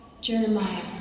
Jeremiah